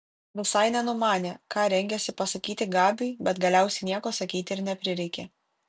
visai nenumanė ką rengiasi pasakyti gabiui bet galiausiai nieko sakyti ir neprireikė